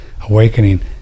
awakening